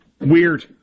Weird